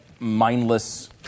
mindless